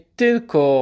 tylko